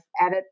added